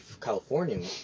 californian